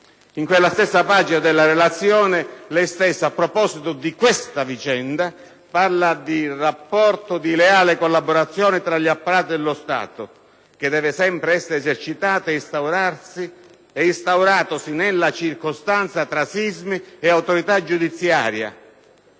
In quella stessa pagina della relazione il senatore Rutelli, a proposito di tale vicenda, parla di «rapporto di leale collaborazione tra gli apparati dello Stato, che deve sempre essere esercitato, e instauratosi nella circostanza tra SISMI e Autorità giudiziaria